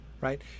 right